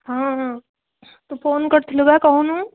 ହଁ ହଁ ତୁ ଫୋନ୍ କରିଥିଲୁ ବା କହୁନୁ